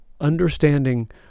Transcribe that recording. understanding